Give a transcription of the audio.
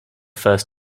first